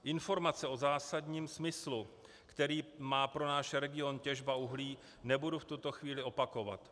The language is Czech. Informace o zásadním smyslu, který má pro náš region těžba uhlí, nebudu v tuto chvíli opakovat.